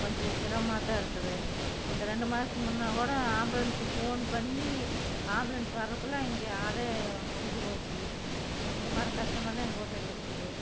கொஞ்சம் சிரமமாகத்தான் இருக்குது இப்போ இந்த ரெண்டு மாதம் முன்னே கூட ஆம்புலன்ஸுக்கு ஃபோன் பண்ணி ஆம்புலன்ஸ் வரதுக்குள்ள இங்கே ஆளே முடிஞ்சு போச்சு இந்த மாதிரி கஷ்டமெல்லாம் எங்கள் ஊரில் இருக்குது